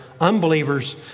unbelievers